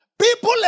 People